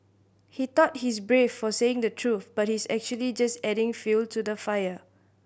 he thought he's brave for saying the truth but he's actually just adding fuel to the fire